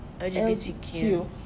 LGBTQ